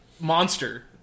monster